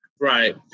right